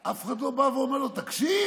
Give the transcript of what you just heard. אף אחד לא בא ואומר לו: תקשיב,